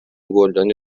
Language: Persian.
گلدانی